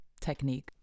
technique